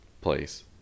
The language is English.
place